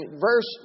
verse